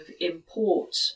import